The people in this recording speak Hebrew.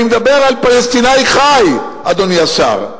אני מדבר על פלסטיני חי, אדוני השר.